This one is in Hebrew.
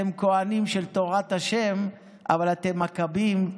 אתם כוהנים של תורת ה' אבל אתם מכבים,